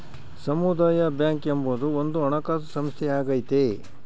ಸಮುದಾಯ ಬ್ಯಾಂಕ್ ಎಂಬುದು ಒಂದು ಹಣಕಾಸು ಸಂಸ್ಥೆಯಾಗೈತೆ